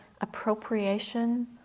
appropriation